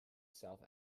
south